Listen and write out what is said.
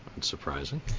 Unsurprising